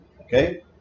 Okay